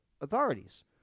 authorities